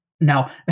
now